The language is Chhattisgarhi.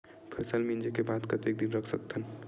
फसल मिंजे के बाद कतेक दिन रख सकथन?